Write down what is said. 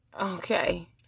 okay